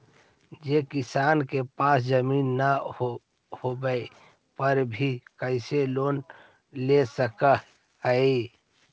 जे किसान के पास जमीन न होवे पर भी कैसे लोन ले सक हइ?